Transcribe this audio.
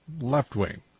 left-wing